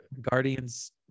Guardians